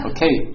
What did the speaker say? Okay